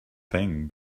thing